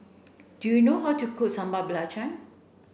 do you know how to cook Sambal Belacan